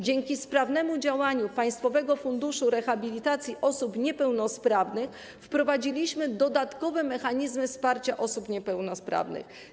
Dzięki sprawnemu działaniu Państwowego Funduszu Rehabilitacji Osób Niepełnosprawnych wprowadziliśmy dodatkowe mechanizmy wsparcia osób niepełnosprawnych.